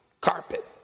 carpet